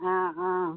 ആ ആ